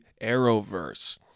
Arrowverse